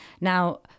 Now